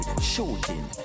Shooting